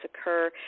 occur